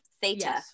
Theta